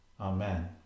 Amen